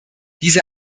diese